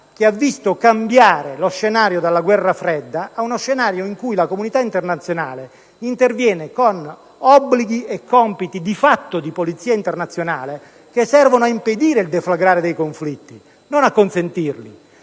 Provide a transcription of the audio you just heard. che ha visto cambiare lo scenario dalla guerra fredda a uno scenario in cui la comunità internazionale interviene con obblighi e compiti (di fatto) di polizia internazionale, che servono a impedire il deflagrare dei conflitti, non a consentirli.